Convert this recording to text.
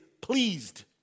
pleased